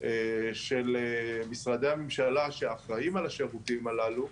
של משרדי הממשלה שאחראים על השירותים הללו,